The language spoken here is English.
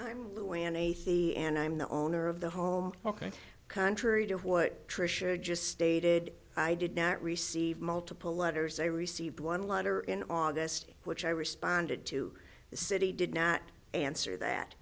see and i'm the owner of the home ok contrary to what trish or just stated i did not receive multiple letters i received one letter in august which i responded to the city did not answer that